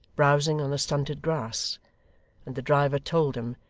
browsing on the stunted grass and the driver told them,